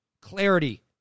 clarity